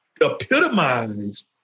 epitomized